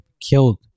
killed